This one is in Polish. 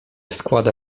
składa